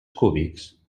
cúbics